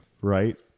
Right